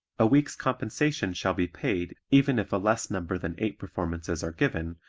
a week's compensation shall be paid even if a less number than eight performances are given,